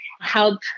help